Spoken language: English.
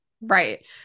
Right